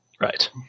Right